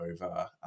over